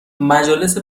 مجالس